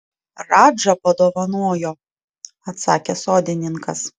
radža padovanojo atsakė sodininkas